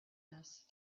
this